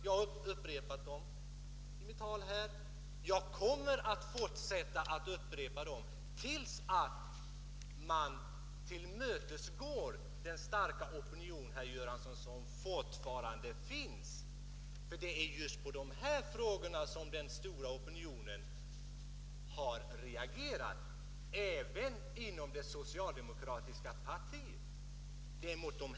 Jag har ställt dem i mitt anförande här i dag, och jag kommer att upprepa dem tills man tillmötesgår den starka opinion som fortfarande finns — för det är just dessa frågor, herr Göransson, som opinionen har reagerat mot även inom det socialdemokratiska partiet.